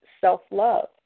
self-love